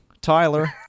Tyler